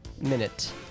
minute